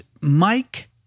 Mike